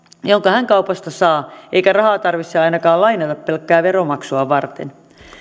jonka hän kaupasta saa eikä rahaa tarvitse ainakaan lainata pelkkää veronmaksua varten